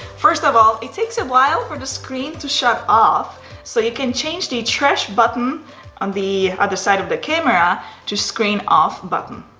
first of all, it takes a while for the screen to shut off so you can change the trash button on the other side of the camera to screen off button.